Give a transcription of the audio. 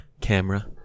camera